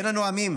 בין הנואמים